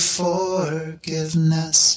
forgiveness